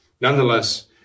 Nonetheless